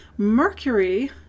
Mercury